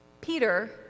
Peter